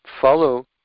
follow